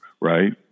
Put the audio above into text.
Right